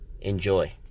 Enjoy